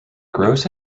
grose